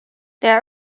their